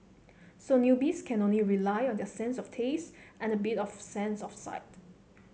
so newbies can only rely on their sense of taste and a bit of sense of sight